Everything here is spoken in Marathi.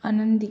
आनंदी